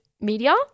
media